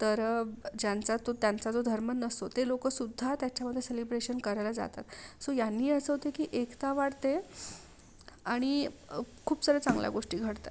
तर ज्यांचा तो त्यांचा जो धर्म नसतो ते लोकसुद्धा त्याच्यामध्ये सेलिब्रेशन करायला जातात सो ह्यांनी असं होतं की एकता वाढते आणि प् खूप साऱ्या चांगल्या गोष्टी घडतात